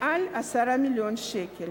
מעל 10 מיליון שקל